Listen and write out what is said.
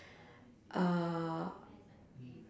uh